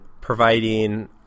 providing